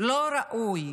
ולא ראוי